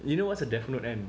you know what's a death note kan